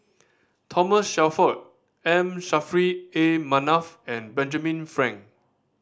Thomas Shelford M Saffri A Manaf and Benjamin Frank